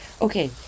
Okay